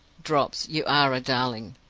drops, you are a darling!